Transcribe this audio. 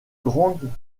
grandes